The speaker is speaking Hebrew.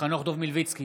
חנוך דב מלביצקי,